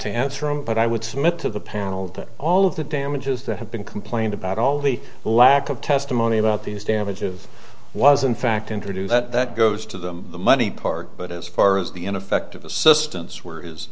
to answer them but i would submit to the panel that all of the damages that have been complained about all the lack of testimony about these damage of was in fact introduce that goes to the money part but as far as the ineffective assistance where his